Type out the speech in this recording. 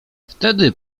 wtedy